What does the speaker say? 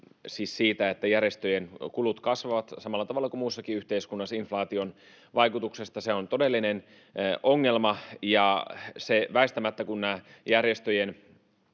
kuvasitte, että järjestöjen kulut kasvavat samalla tavalla kuin muussakin yhteiskunnassa inflaation vaikutuksesta, on todellinen ongelma, ja kun nämä järjestöjen